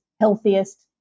healthiest